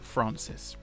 Francis